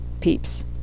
peeps